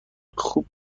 خوب